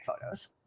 photos